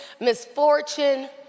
misfortune